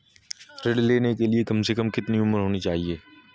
ऋण लेने के लिए कम से कम कितनी उम्र होनी चाहिए?